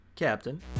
Captain